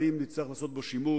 אבל אם נצטרך לעשות בו שימוש,